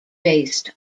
based